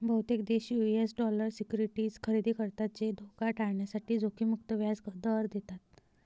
बहुतेक देश US dollar securities खरेदी करतात जे धोका टाळण्यासाठी जोखीम मुक्त व्याज दर देतात